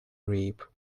reap